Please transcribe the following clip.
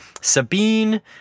Sabine